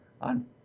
on